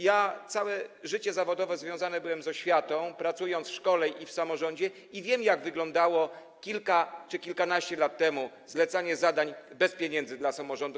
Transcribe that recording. Ja całe życie zawodowo związany byłem z oświatą, pracując w szkole i w samorządzie, i wiem, jak wyglądało kilka czy kilkanaście lat temu zlecanie zadań bez pieniędzy samorządom.